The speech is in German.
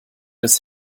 des